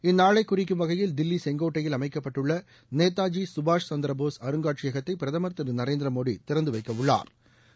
இந்நாளைக் குறிக்கும் வகையில் தில்வி செங்கோட்டையில் அமைக்கப்பட்டுள்ள நேதாஜி சுபாஷ் சந்திர போஸ் அருங்காட்சியகத்தை பிரதமா் திரு நரேந்திர மோடி திறந்து வைக்க உள்ளாா்